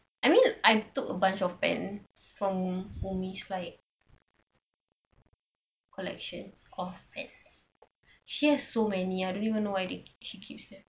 I mean I took a bunch of pens from umi's right collection of pens she has so many I don't know even know why she keeps them